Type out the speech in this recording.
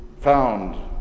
found